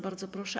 Bardzo proszę.